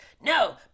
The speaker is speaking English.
no